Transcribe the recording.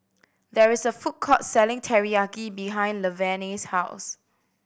there is a food court selling Teriyaki behind Laverne's house